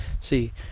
See